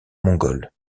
mongole